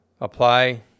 apply